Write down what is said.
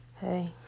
hey